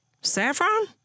Saffron